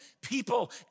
People